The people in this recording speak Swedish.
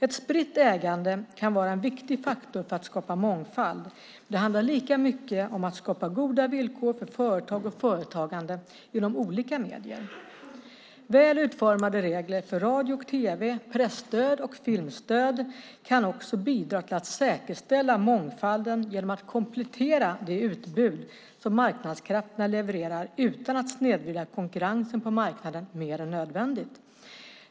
Ett spritt ägande kan vara en viktig faktor för att skapa mångfald, men det handlar lika mycket om att skapa goda villkor för företag och företagande inom olika medier. Väl utformade regler för radio och tv, presstöd och filmstöd kan också bidra till att säkerställa mångfalden genom att komplettera det utbud som marknadskrafterna levererar utan att snedvrida konkurrensen på marknaden mer än nödvändigt.